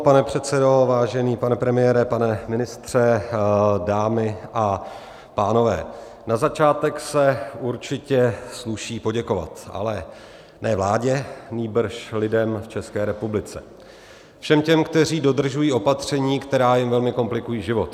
Pane předsedo, vážený pane premiére, pane ministře, dámy a pánové, na začátek se určitě sluší poděkovat, ale ne vládě, nýbrž lidem v České republice, všem těm, kteří dodržují opatření, která jim velmi komplikují život.